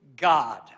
God